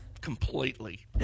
Completely